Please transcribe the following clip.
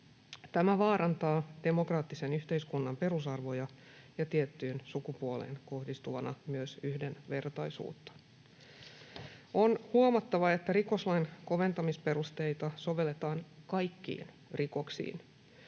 Tämä vaarantaa demokraattisen yhteiskunnan perusarvoja ja tiettyyn sukupuoleen kohdistuvana myös yhdenvertaisuutta. On huomattava, että rikoslain koventamisperusteita sovelletaan kaikkiin rikoksiin.